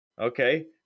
Okay